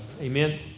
Amen